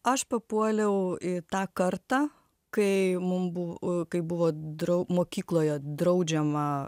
aš papuoliau tą kartą kai mum bu kai buvo draug mokykloje draudžiama